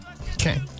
Okay